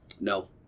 No